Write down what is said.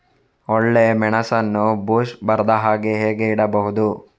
ಒಳ್ಳೆಮೆಣಸನ್ನು ಬೂಸ್ಟ್ ಬರ್ದಹಾಗೆ ಹೇಗೆ ಇಡಬಹುದು?